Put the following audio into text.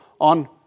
on